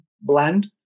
blend